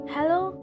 Hello